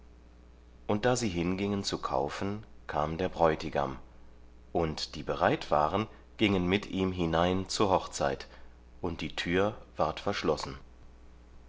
und da sie hingingen zu kaufen kam der bräutigam und die bereit waren gingen mit ihm hinein zur hochzeit und die tür ward verschlossen